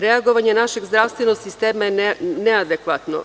Reagovanje našeg zdravstvenog sistema je neadekvatno.